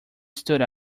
stood